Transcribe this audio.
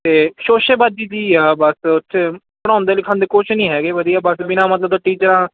ਅਤੇ ਸ਼ੋਸ਼ੇਬਾਜੀ ਜੀ ਆ ਬਸ ਉੱਥੇ ਪੜਾਉਂਦੇ ਲਿਖਾਉਂਦੇ ਕੁਛ ਨਹੀਂ ਹੈਗੇ ਵਧੀਆ ਬਟ ਬਿਨਾਂ ਮਤਲਬ ਦੇ ਟੀਚਰਾਂ